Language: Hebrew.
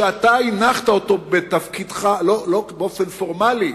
שאתה הנחת אותו בתפקידך, לא באופן פורמלי,